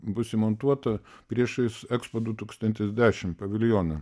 bus įmontuota priešais ekspo du tūkstantis dešim paviljoną